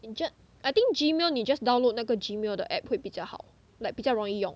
I think gmail 你 just download 那个 gmail 的 app 会比较好 like 比较容易用